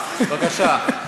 בבקשה.